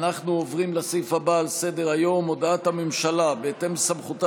אנחנו עוברים לסעיף הבא על סדר-היום: הודעת הממשלה בהתאם לסמכותה